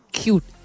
cute